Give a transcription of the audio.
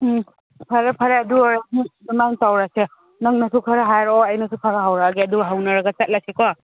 ꯎꯝ ꯐꯔꯦ ꯐꯔꯦ ꯑꯗꯨ ꯑꯣꯏꯔꯗꯤ ꯑꯗꯨꯃꯥꯏꯅ ꯇꯧꯔꯁꯤ ꯅꯪꯅꯁꯨ ꯈꯔ ꯍꯥꯏꯔꯣ ꯑꯩꯅꯁꯨ ꯈꯔ ꯍꯧꯔꯛꯑꯒꯦ ꯑꯗꯨꯒ ꯍꯧꯅꯔꯒ ꯆꯠꯂꯁꯤꯀꯣ